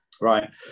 right